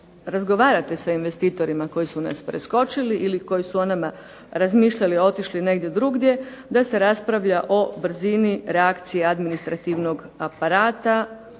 razgovarate sa investitorima koji su nas preskočili ili koji su o nama razmišljali, a otišli negdje drugdje, da se raspravlja o brzini reakcije administrativnog aparata,